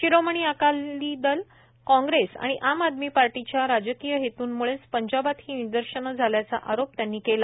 शिरोमणी अकाली दल काँग्रेस आणि आम आदमी पार्टीच्या राजकीय हेतूंम्ळेच पंजाबात ही निदर्शनं झाल्याचा आरोप त्यांनीं केला